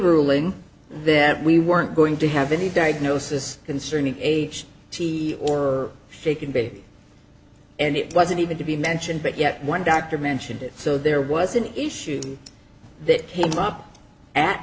ruling that we weren't going to have any diagnosis concerning h t or shaken baby and it wasn't even to be mentioned but yet one doctor mentioned it so there was an issue that came up at